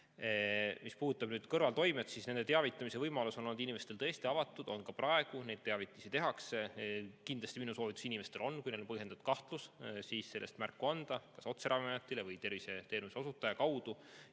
puudutab kõrvaltoimeid, siis nendest teavitamise võimalus on olnud inimestele tõesti avatud, on ka praegu ja neid teavitusi tehakse. Kindlasti minu soovitus inimestele on, kui neil on põhjendatud kahtlus, siis sellest märku anda kas otse Ravimiametile või terviseteenuse osutaja kaudu.